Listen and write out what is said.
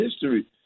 history